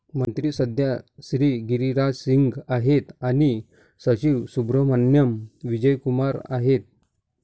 मंत्री सध्या श्री गिरिराज सिंग आहेत आणि सचिव सुब्रहमान्याम विजय कुमार आहेत